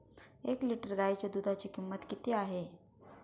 एक लिटर गाईच्या दुधाची किंमत किती आहे?